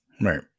right